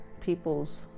people's